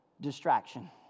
Distraction